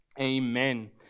amen